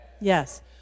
Yes